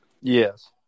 Yes